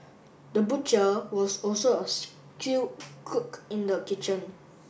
the butcher was also a skilled cook in the kitchen